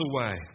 away